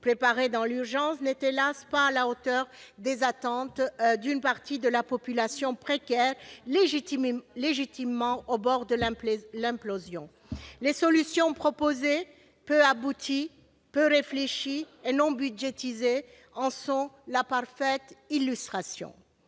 préparée dans l'urgence, n'est, hélas ! pas à la hauteur des attentes d'une partie de la population précarisée, légitimement au bord de l'implosion. Les solutions proposées, peu abouties, peu réfléchies et non budgétisées, l'illustrent parfaitement.